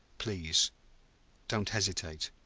please don't hesitate.